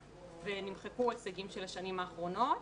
ונמחקו הישגים של השנים האחרונות.